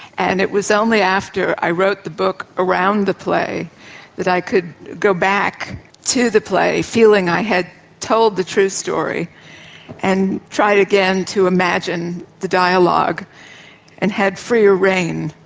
and it was only after i wrote the book around the play that i could go back to the play feeling i had told the true story and tried again to imagine the dialogue and had freer rein.